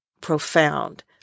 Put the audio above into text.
profound